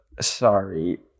Sorry